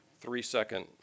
three-second